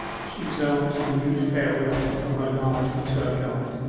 she glanced a mute farewell from her large perturbed eyes,